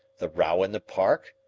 the row in the park,